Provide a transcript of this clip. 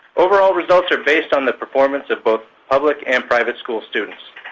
overall results are based on the performance of both public and private school students.